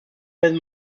wenn